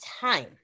time